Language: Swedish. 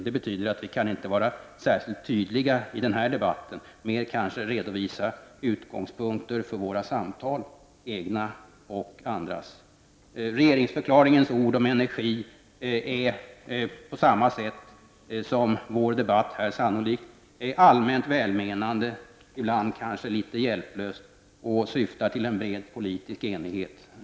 Det betyder att vi inte kan vara särskilt tydliga i den här debatten utan kanske mera redovisa utgångspunkter för våra samtal, egna och andras. Regeringsförklaringens ord om energi är, på samma sätt som vår debatt här sannolikt blir, allmänt välmenande, ibland kanske lite hjälplös, och syftar till bred politisk enighet.